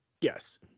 Yes